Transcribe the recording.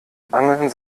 angeln